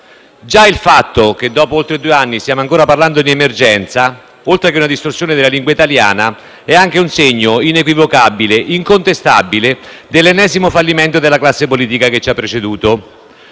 Già il fatto che, dopo oltre due anni, stiamo ancora parlando di emergenza, oltre che una distorsione della lingua italiana, è un segno inequivocabile e incontestabile dell’ennesimo fallimento della classe politica che ci ha preceduto.